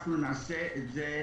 אנחנו נעשה את זה בקרוב.